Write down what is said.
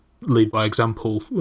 lead-by-example